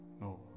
No